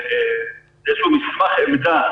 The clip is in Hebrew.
איזשהו מסמך עמדה